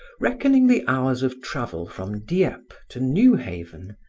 reckoning the hours of travel from dieppe to newhaven,